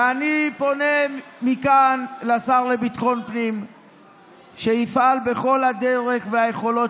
ואני פונה מכאן לשר לביטחון הפנים שיפעל בכל הדרכים והיכולות